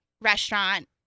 restaurant